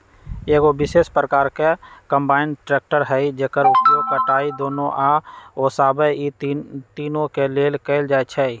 एगो विशेष प्रकार के कंबाइन ट्रेकटर हइ जेकर उपयोग कटाई, दौनी आ ओसाबे इ तिनों के लेल कएल जाइ छइ